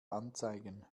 anzeigen